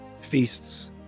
feasts